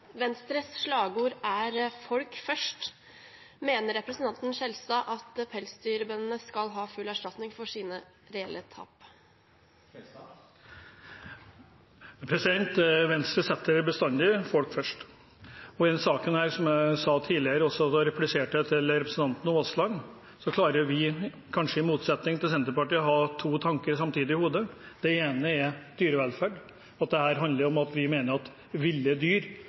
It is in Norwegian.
Venstres slagord er «Folk først». Mener representanten Skjelstad at pelsdyrbøndene skal ha full erstatning for sine reelle tap? Venstre setter bestandig folk først. I denne saken, som jeg sa tidligere da jeg repliserte til representanten Aasland, klarer vi – kanskje i motsetning til Senterpartiet – å ha to tanker samtidig i hodet. Den ene er dyrevelferden. Det handler om at vi mener ville dyr,